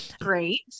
Great